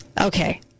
okay